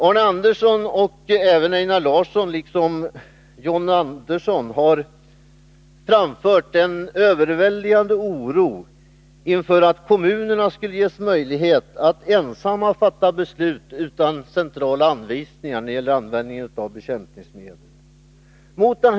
Arne Andersson i Ljung och Einar Larsson, liksom John Andersson, har redovisat en överväldigande oro inför detta att kommunerna skulle ges möjlighet att ensamma fatta beslut utan centrala anvisningar när det gäller användningen av bekämpningsmedel.